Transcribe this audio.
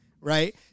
right